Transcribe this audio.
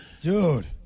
Dude